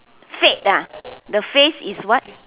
fate ah the phase is what